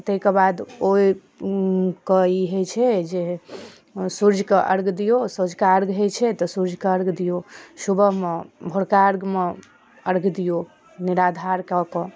ताहिके बाद ओहिके ई होइछै जे सुर्जके अर्घ्य दियौ सँझुका अर्घ्य होइ छै तऽ सुर्जके अर्घ्य दियौ सुबहमे भोरका अर्घ्यमे अर्घ्य दियौ निराधार कऽ कऽ